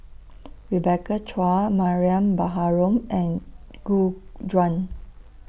Rebecca Chua Mariam Baharom and Gu Juan